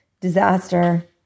disaster